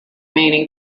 meaning